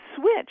switch